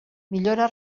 millora